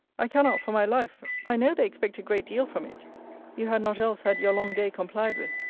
i cannot for my life. i know they expect a great deal from it you had not else had your long day complied with.